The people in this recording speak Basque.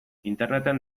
interneten